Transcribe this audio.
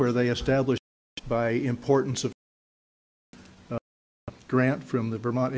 where they established by importance of a grant from the vermont